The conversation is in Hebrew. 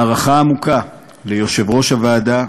הערכה עמוקה ליושבת-ראש הוועדה,